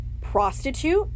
prostitute